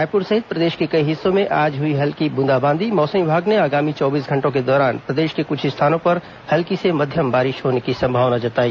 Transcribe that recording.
रायपुर सहित प्रदेश के कई हिस्सों में आज हई हल्की ब्रंदाबांदी मौसम विभाग ने आगामी चौबीस घंटों के दौरान प्रदेश के कुछ स्थानों पर हल्की से मध्यम बारिश होने की संभावना जताई